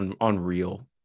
unreal